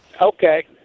Okay